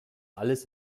alles